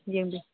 ꯌꯦꯡꯕꯤꯎ